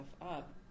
up